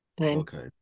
okay